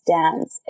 dance